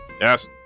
Yes